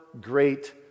great